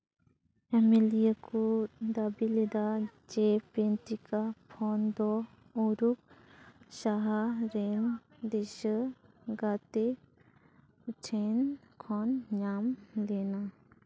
ᱟᱹᱢᱟᱹᱞᱤᱭᱟᱹ ᱠᱚ ᱫᱟᱹᱵᱤ ᱞᱮᱫᱟ ᱡᱮ ᱯᱮᱱᱴᱤᱠᱟ ᱯᱳᱱ ᱫᱚ ᱩᱨᱩᱠᱷ ᱥᱟᱦᱟᱨ ᱨᱮ ᱱᱤᱥᱟᱹ ᱜᱟᱛᱮ ᱠᱚ ᱴᱷᱮᱱ ᱠᱷᱚᱱ ᱧᱟᱢ ᱞᱮᱱᱟ